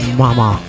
mama